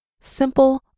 simple